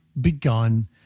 begun